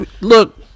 look